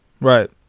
Right